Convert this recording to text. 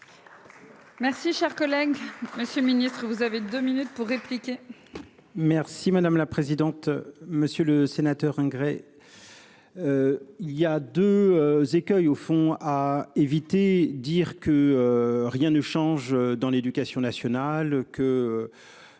Merci, cher collègue, Monsieur le Ministre, vous avez 2 minutes pour répliquer. Merci madame la présidente, monsieur le sénateur engrais. Il y a 2 écueils au fond à éviter. Dire que rien ne change dans l'éducation nationale que.